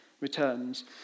returns